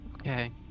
Okay